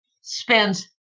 spends